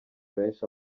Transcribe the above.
benshi